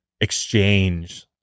exchange